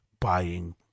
buying